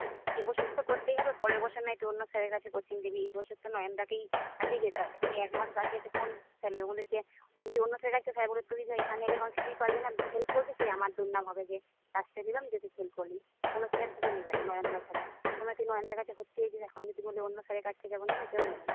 এ বছরটা তো করতেই হবে পরের বছর নয় তুই অন্য স্যারের কাছে কোচিং দিবি এই বছর তো নয়নদাকেই কাছেই যেতে হবে তোকে এক মাস বাকি আছে কোন স্যার লিবে তুই অন্য স্যারের কাছে যাবি স্যার বলবে তুই যে এখানে এলে কোনো কিছুই পারবি না ফেল করবি সে আমার দুর্নাম হবে দিয়ে নিলাম দিয়ে তুই ফেল করলি কোনো স্যার তোকে নিবে না নয়নদা ছাড়া অসময়ে তুই নয়নদার কাছে ভর্তি হয়েছিস এখন যদি বলিস অন্য স্যারের কাছে যাবো নেবে কেউ কেউ নেবে না